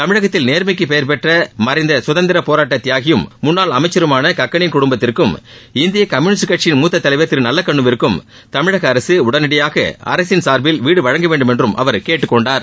தமிழகத்தில் நேர்மைக்கு பெயர் பெற்ற மறைந்த சுதந்திரப் போராட்ட தியாகியும் முன்னாள் அமைச்சருமான கக்களின் குடும்பத்திற்கும் இந்திய கம்யுளிஸ்ட் கட்சியின் மூத்த தலைவா் திரு நல்லக்கண்ணுவுக்கும் தமிழக வீடு வழங்க வேண்டுமென்றும் அவர் கேட்டுக் கொண்டார்